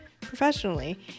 professionally